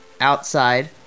outside